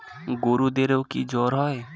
গরুদেরও কি জ্বর হয়?